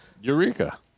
Eureka